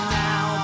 now